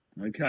Okay